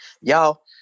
Y'all